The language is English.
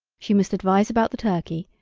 she must advise about the turkey,